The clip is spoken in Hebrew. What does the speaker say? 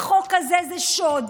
החוק הזה זה שוד.